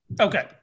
Okay